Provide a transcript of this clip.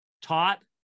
taught